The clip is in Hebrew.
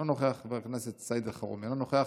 אינו נוכח,